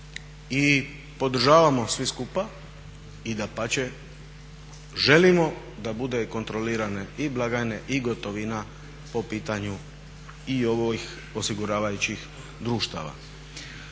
i podržavamo svi skupa i dapače želimo da bude kontrolirane i blagajne, i gotovina po pitanju i ovih osiguravajućih društava.